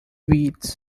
weeds